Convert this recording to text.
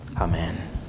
Amen